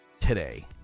today